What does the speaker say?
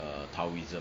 err taoism